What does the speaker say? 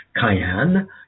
cayenne